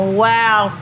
wow